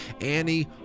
annie